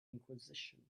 inquisition